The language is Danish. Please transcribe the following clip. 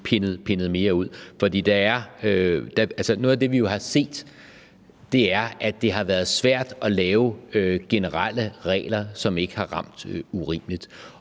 pindet mere ud. For noget af det, vi jo har set, er, at det har været svært at lave generelle regler, som ikke har ramt urimeligt.